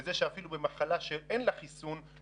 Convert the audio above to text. וזה שאפילו במחלה שאין לה חיסון,